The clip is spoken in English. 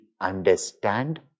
understand